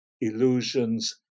illusions